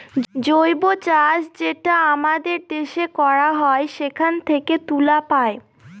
জৈব চাষ যেটা আমাদের দেশে করা হয় সেখান থেকে তুলা পায়